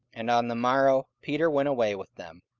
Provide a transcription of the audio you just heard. and on the morrow peter went away with them,